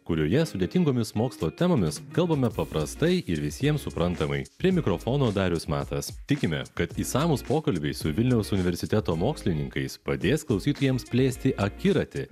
kurioje sudėtingomis mokslo temomis kalbame paprastai ir visiems suprantamai prie mikrofono darius matas tikime kad išsamūs pokalbiai su vilniaus universiteto mokslininkais padės klausytojams plėsti akiratį